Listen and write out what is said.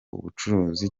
ubucuruzi